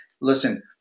listen